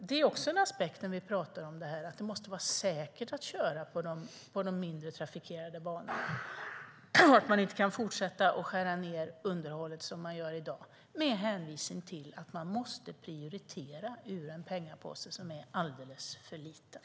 Det är också en aspekt, när vi pratar om det här, att det måste vara säkert att köra på de mindre trafikerade banorna och att man inte kan fortsätta att skära ned på underhållet som man gör i dag med hänvisning till att man måste prioritera i en pengapåse som är alldeles för liten.